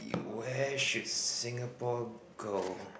where should Singapore go